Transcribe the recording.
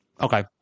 Okay